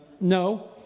No